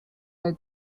her